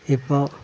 ഇപ്പോൾ